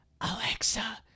Alexa